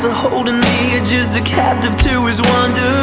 holdin' me, and just a captive to his wonder,